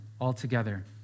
altogether